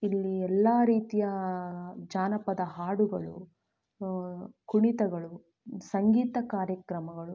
ಇಲ್ಲಿ ಎಲ್ಲ ರೀತಿಯ ಜಾನಪದ ಹಾಡುಗಳು ಕುಣಿತಗಳು ಸಂಗೀತ ಕಾರ್ಯಕ್ರಮಗಳು